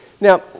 Now